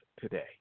today